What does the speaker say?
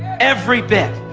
every bit.